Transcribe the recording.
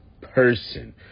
person